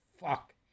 fuck